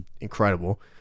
incredible